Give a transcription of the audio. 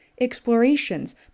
explorations